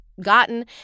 gotten